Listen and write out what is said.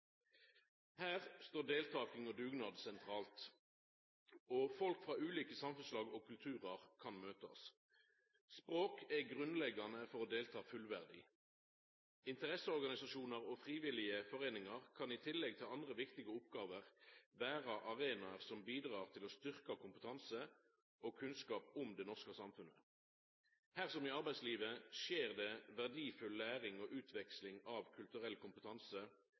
Her står deltaking og dugnad sentralt. Folk frå ulike samfunnslag og kulturar kan møtast. Språk er grunnleggjande for fullverdig deltaking. Interesseorganisasjonar og frivillige foreiningar kan, i tillegg til andre viktige oppgåver, vera arenaer som bidreg til å styrkja kompetanse og kunnskap om det norske samfunnet. Her, som i arbeidslivet, skjer det verdifull læring og utveksling av kulturell kompetanse,